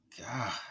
god